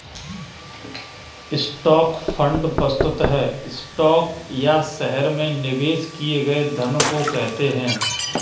stock fund वस्तुतः stock या शहर में निवेश किए गए धन को कहते हैं